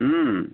ହୁଁ